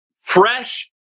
fresh